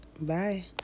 Bye